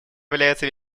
является